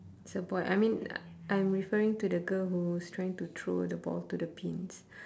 it's a boy I mean I'm referring to the girl who's trying to throw the ball to the pins